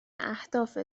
اهداف